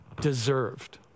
deserved